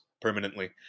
permanently